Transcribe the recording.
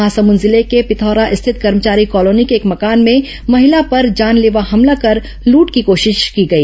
महासमुंद जिले के पिथौरा स्थित कर्मचारी कॉलोनी के एक मकान में महिला पर जानलेवा हमला कर लूट की कोशिश की गई